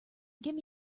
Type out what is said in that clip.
give